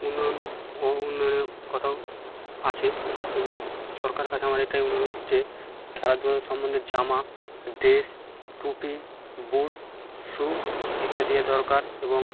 উন্নয়ন ও উন্নয়নের কথাও আছে সরকারের কাছে আমার এটাই অনুরোধ যে খেলাধুলো সম্বন্ধে জামা ড্রেস টুপি বুট শ্যু ইত্যাদিয়ে দরকার এবং